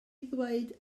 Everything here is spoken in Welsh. ddweud